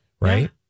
Right